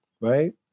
right